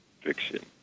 fiction